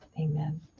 Amen